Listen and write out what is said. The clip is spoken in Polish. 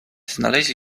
znaleźli